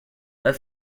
that